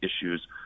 issues